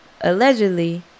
allegedly